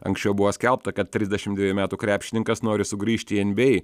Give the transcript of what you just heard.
anksčiau buvo skelbta kad trisdešim dvejų metų krepšininkas nori sugrįžti į nba